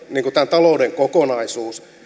talouden kokonaisuus